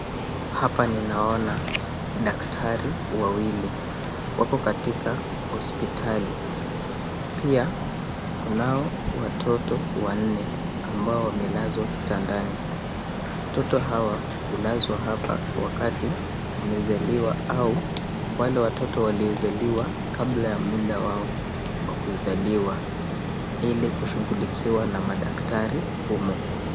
Hapa ninaona daktari wawili wako katika hosipitali. Pia kunao watoto wanne ambao wamelazwa kitandani. Watoto hawa hulazwa wakati wamezaliwa au wale watoto wamezaliwa kabla ya muda wao wa kuzaliwa ili kushulikiwa na madaktari humo.